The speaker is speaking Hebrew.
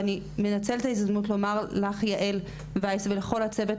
אני מנצלת את ההזדמנות לומר לך יעל וייס ולכל הצוות,